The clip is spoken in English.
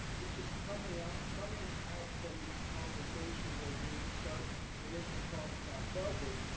it just coming out coming out from these conversations, as we start initial talks about budget,